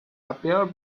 appear